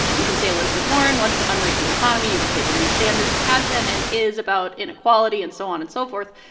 you can say elizabeth warren wants to unrig the economy. you can say bernie sanders has been and is about inequality, and so on and so forth.